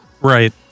Right